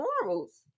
morals